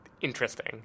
interesting